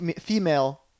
female